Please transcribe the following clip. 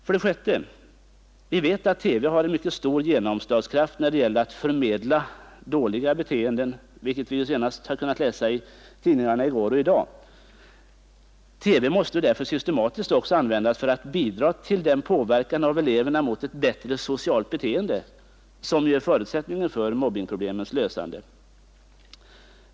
För det sjätte: Vi vet att TV har mycket stor genomslagskraft när det gäller att förmedla dåliga beteenden, vilket vi kunde läsa om senast i tidningarna i går och i dag. TV måste därför systematiskt också användas för att bidra till den påverkan av eleverna mot ett bättre socialt beteende, som är en förutsättning för lösningen av mobbningsproblemen.